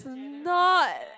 not